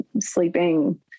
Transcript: sleeping